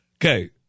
Okay